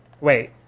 Wait